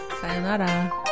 Sayonara